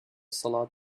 salad